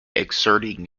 exerting